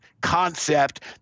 concept